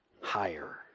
higher